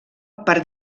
per